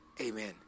amen